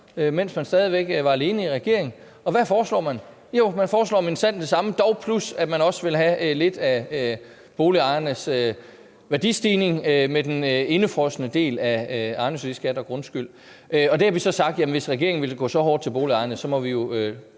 mens man stadig væk var alene i regering, og hvad foreslår man? Jo, man foreslår minsandten det samme, dog plus at man også vil have lidt af boligejernes værdistigning med den indefrosne del af ejendomsværdiskat og grundskyld. Dertil har vi så sagt, at hvis regeringen vil gå så hårdt til boligejerne, så må vi jo